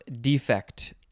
defect